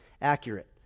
accurate